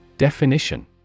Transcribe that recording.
Definition